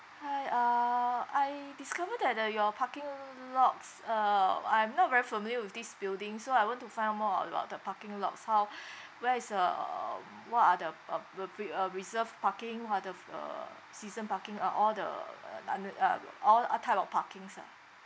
hi uh I discover that the your parking l~ lots uh I'm not very familiar with this building so I want to find out more about the parking lots how where is uh uh uh um what are the uh reserved parking what of the season parking uh all the uh all type of parkings ah